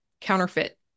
counterfeit